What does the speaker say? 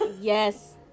Yes